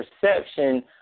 perception